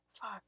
Fuck